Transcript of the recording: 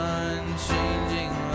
unchanging